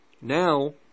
now